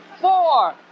four